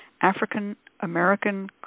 African-American